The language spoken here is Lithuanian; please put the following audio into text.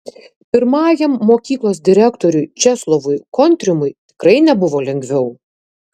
pirmajam mokyklos direktoriui česlovui kontrimui tikrai nebuvo lengviau